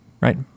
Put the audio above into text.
right